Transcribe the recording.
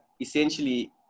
essentially